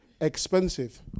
expensive